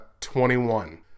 21